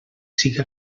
siga